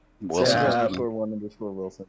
Wilson